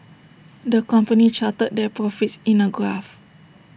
the company charted their profits in A graph